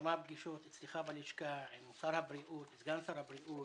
כמה פגישות אצלך בלשכה עם סגן שר הבריאות,